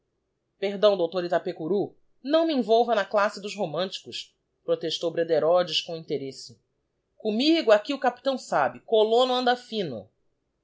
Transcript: perdão dr itapecurú não me envolva na classe dos românticos protestou brederodes com interesse commigo aqui o capitão sabe colono anda fino